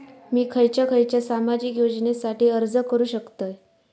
मी खयच्या खयच्या सामाजिक योजनेसाठी अर्ज करू शकतय?